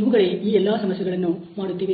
ಇವುಗಳೇ ಈ ಎಲ್ಲಾ ಸಮಸ್ಯೆಗಳನ್ನು ಮಾಡುತ್ತಿವೆ